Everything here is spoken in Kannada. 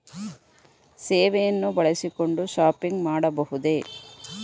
ಸೇವೆಯನ್ನು ಬಳಸಿಕೊಂಡು ಶಾಪಿಂಗ್ ಮಾಡಬಹುದೇ?